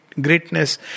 greatness